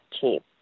cheap